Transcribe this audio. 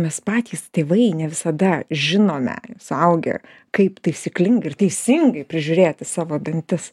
mes patys tėvai ne visada žinome suaugę kaip taisyklingai ir teisingai prižiūrėti savo dantis